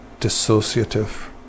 dissociative